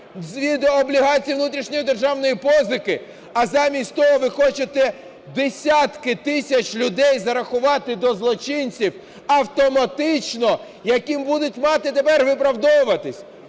гривень облігацій внутрішньої державної позики. А замість того ви хочете десятки тисяч людей зарахувати до злочинців автоматично, яким будуть мати в ДБР виправдовуватись.